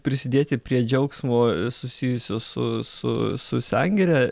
prisidėti prie džiaugsmo susijusio su su su sengire